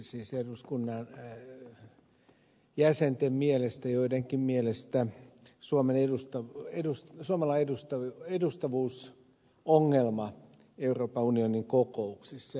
siis eduskunnan jäsenten mielestä joidenkin mielestä suomen edus ta edusti samalla edusto suomella on edustavuusongelma euroopan unionin kokouksissa